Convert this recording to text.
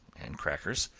and crackers,